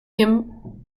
him